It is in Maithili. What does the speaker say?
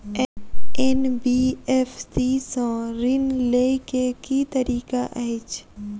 एन.बी.एफ.सी सँ ऋण लय केँ की तरीका अछि?